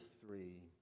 three